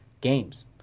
games